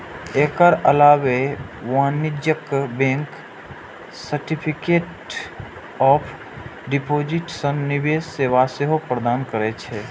एकर अलावे वाणिज्यिक bank certificate of deposit सन निवेश सेवा सेहो प्रदान करै छै